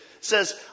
says